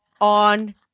on